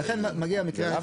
ולכן מגיע המקרה השני.